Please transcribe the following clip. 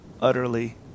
utterly